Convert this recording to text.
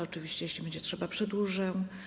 Oczywiście jeśli będzie trzeba, przedłużę.